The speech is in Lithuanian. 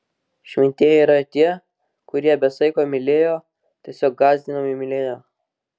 šventieji yra tie kurie be saiko mylėjo tiesiog gąsdinamai mylėjo